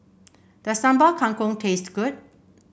does Sambal Kangkong taste good